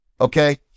okay